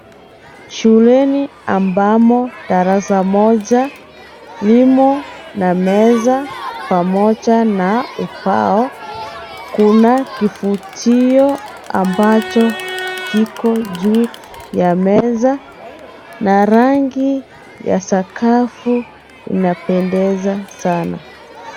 Shuleni ambamo darasa moja limo na meza pamoja na ubao. Kuna kifutio ambacho kiko juu ya meza na rangi ya sakafu inapendeza Sana.